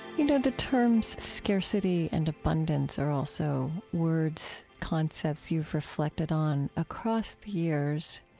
you know, the terms scarcity and abundance are also words, concepts, you've reflected on across the years.